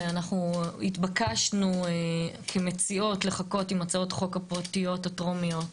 ואנחנו התבקשנו כמציעות לחכות עם הצעות החוק הפרטיות הטרומיות,